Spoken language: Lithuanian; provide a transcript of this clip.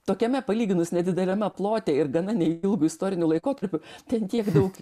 tokiame palyginus nedideliame plote ir gana neilgu istoriniu laikotarpiu ten tiek daug